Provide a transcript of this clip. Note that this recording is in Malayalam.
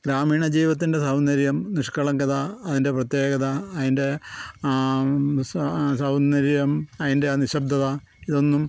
ഗ്രാമീണ ജീവിതത്തിൻ്റെ സൗന്ദര്യം നിഷ്കളങ്കത അതിൻ്റെ പ്രത്യേകത അതിൻ്റെ സൗന്ദര്യം അതിൻ്റെ നിശബ്ദത ഇതൊന്നും